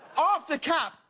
after cap,